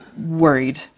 worried